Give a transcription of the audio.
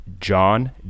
John